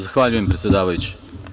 Zahvaljujem, predsedavajuća.